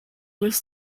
was